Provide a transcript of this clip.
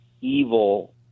evil